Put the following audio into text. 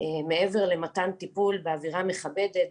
מעבר למתן טיפול באווירה מכבדת,